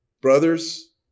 Brothers